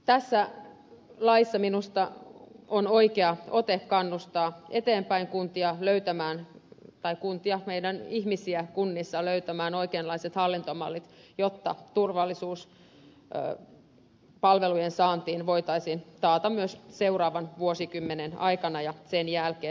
tässä laissa minusta on oikea ote kannustaa eteenpäin kuntia löytämään tai kuntia meidän ihmisiä kunnissa löytämään oikeanlaiset hallintomallit jotta palvelujen saannin turvallisuus voitaisiin taata myös seuraavan vuosikymmenen aikana ja sen jälkeen